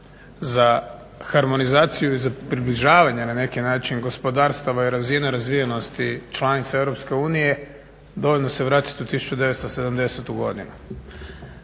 za harmonizaciju i za približavanje na neki način gospodarstava i razine razvijenosti članica EU dovoljno se vratiti u 1970.godinu.